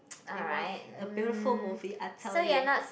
it was a beautiful movie I tell you